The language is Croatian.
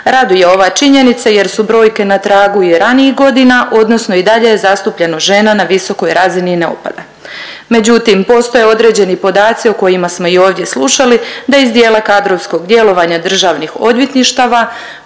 Raduje ova činjenica jer su brojke na tragu i ranijih godina odnosno i dalje zastupljenost žena na visokoj razni ne opada. Međutim postoje određeni podaci o kojima smo i ovdje slušali da iz dijela kadrovskog djelovanja državnih odvjetništava